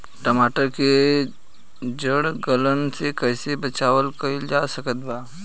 टमाटर के जड़ गलन से कैसे बचाव कइल जा सकत बा?